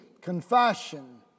confession